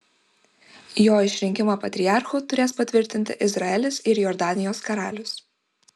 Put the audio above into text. jo išrinkimą patriarchu turės patvirtinti izraelis ir jordanijos karalius